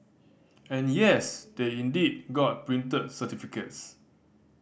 and yes they indeed got printed certificates